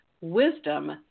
wisdom